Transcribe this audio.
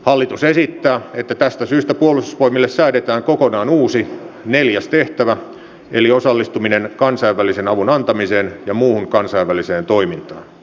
hallitus esittää että tästä syystä puolustusvoimille säädetään kokonaan uusi neljäs tehtävä eli osallistuminen kansainvälisen avun antamiseen ja muuhun kansainväliseen toimintaan